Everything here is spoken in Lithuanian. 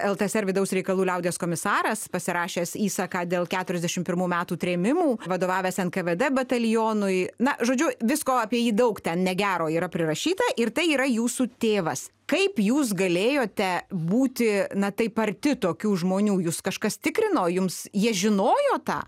ltsr vidaus reikalų liaudies komisaras pasirašęs įsaką dėl keturiasdešim pirmų metų trėmimų vadovavęs nkvd batalionui na žodžiu visko apie jį daug ten negero yra prirašyta ir tai yra jūsų tėvas kaip jūs galėjote būti na taip arti tokių žmonių jus kažkas tikrino jums jie žinojo tą